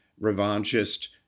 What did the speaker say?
revanchist